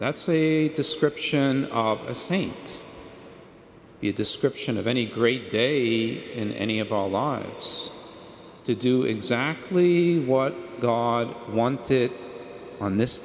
that's a description of a saint the description of any great day in any of our lives to do exactly what god wanted on this